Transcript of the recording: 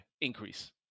increase